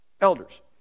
Elders